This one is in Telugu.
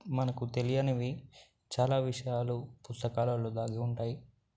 మనకు తెలియనివి చాలా విషయాలు పుస్తకాలలో దాగి ఉంటాయి